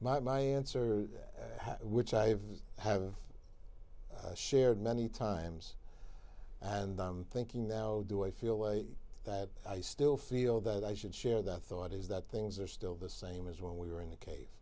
better my answer which i have shared many times and i'm thinking now do i feel way that i still feel that i should share that thought is that things are still the same as when we were in the ca